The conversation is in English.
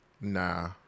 Nah